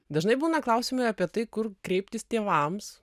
dažnai būna klausiami apie tai kur kreiptis tėvams